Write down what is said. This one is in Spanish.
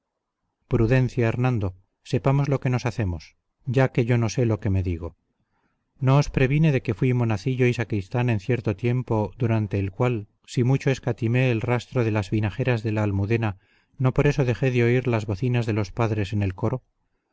prudencia hernando sepamos lo que nos hacemos ya que yo no sé lo que me digo no os previne de que fui monacillo y sacristán en cierto tiempo durante el cual si mucho escatimé el rastro de las vinajeras de la almudena no por eso dejé de oír las bocinas de los padres en el coro